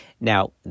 Now